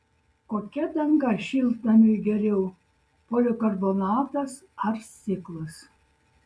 kokia danga šiltnamiui geriau polikarbonatas ar stiklas